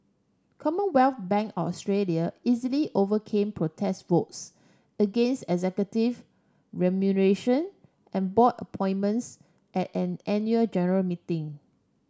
Commonwealth Bank of Australia easily overcame protest votes against executive remuneration and board appointments at an annual general meeting